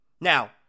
Now